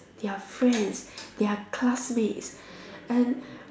their friends their classmates and